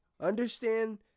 Understand